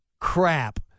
crap